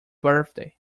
birthday